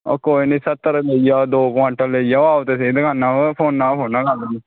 ओह् सत्तर लेई जाओ क्वांटल लेई जाओ आओ ते स्हेई दुकानै र फोनै थोह्ड़े कम्म होंदे